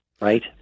right